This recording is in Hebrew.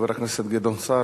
חבר הכנסת גדעון סער,